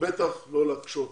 ובטח לא להקשות עליהם.